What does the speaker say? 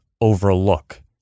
overlook